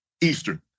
Eastern